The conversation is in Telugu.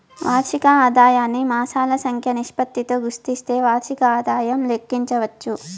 వార్షిక ఆదాయాన్ని మాసాల సంఖ్య నిష్పత్తితో గుస్తిస్తే వార్షిక ఆదాయం లెక్కించచ్చు